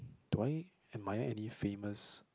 do I am I any famous